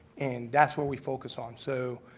and, that's where we focus on. so,